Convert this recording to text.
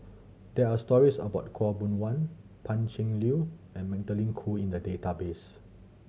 there are stories about Khaw Boon Wan Pan Cheng Lui and Magdalene Khoo in the database